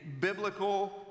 biblical